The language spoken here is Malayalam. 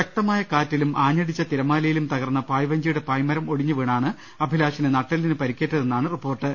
ശ ക്തമായ കാറ്റിലും ആഞ്ഞടിച്ച തിരമാലയിലും തകർന്ന പായ്വഞ്ചിയുടെ പാ യ്മരം ഒടിഞ്ഞുവീണാണ് അഭിലാഷിന് നട്ടെല്ലിന് പരിക്കേറ്റതെന്നാണ് റിപ്പോർ ട്ട്